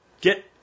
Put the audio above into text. Get